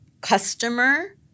customer